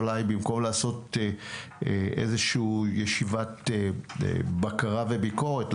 אולי במקום לעשות ישיבת בקרה וביקורת,